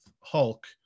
Hulk